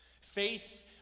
Faith